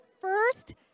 first